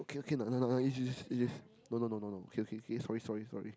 okay okay no no no no no okay okay sorry sorry sorry